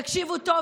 תקשיבו טוב,